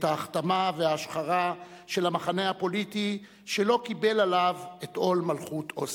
את ההכתמה וההשחרה של המחנה הפוליטי שלא קיבל עליו את עול מלכות אוסלו.